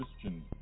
Christian